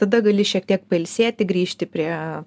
tada gali šiek tiek pailsėti grįžti prie